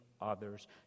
others